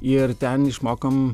ir ten išmokom